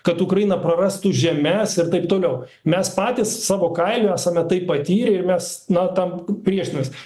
kad ukraina prarastų žemes ir taip toliau mes patys savo kailiu esame tai patyrę ir mes na tam priešinamės